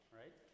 right